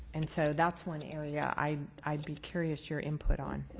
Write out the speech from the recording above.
and so that's one area i'd i'd be curious your input on.